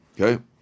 Okay